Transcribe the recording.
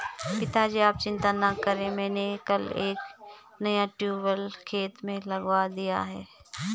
पिताजी आप चिंता ना करें मैंने कल एक नया ट्यूबवेल खेत में लगवा दिया है